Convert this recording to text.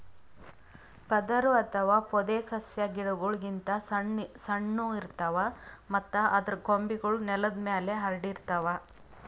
ಪೊದರು ಅಥವಾ ಪೊದೆಸಸ್ಯಾ ಗಿಡಗೋಳ್ ಗಿಂತ್ ಸಣ್ಣು ಇರ್ತವ್ ಮತ್ತ್ ಅದರ್ ಕೊಂಬೆಗೂಳ್ ನೆಲದ್ ಮ್ಯಾಲ್ ಹರ್ಡಿರ್ತವ್